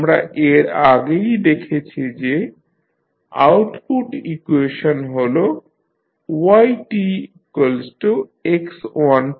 আমরা এর আগেই দেখেছি যে আউটপুট ইকুয়েশন হল yx1